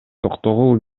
токтогул